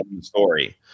story